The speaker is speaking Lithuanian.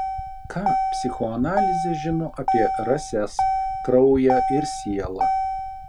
ką psichoanalizė žino apie rases kraują ir sielą